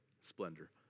splendor